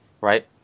right